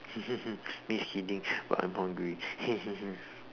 me is kidding but I'm hungry